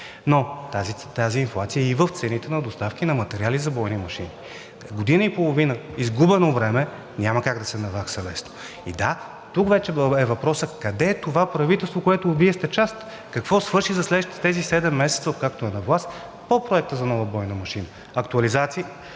но тази инфлация е и в цените на доставки на материали за бойни машини. Година и половина изгубено време няма как да се навакса лесно. И да, тук вече е въпросът: къде е това правителство, от което Вие сте част? Какво свърши за тези седем месеца, откакто е на власт, по проекта за нова бойна машина – актуализации,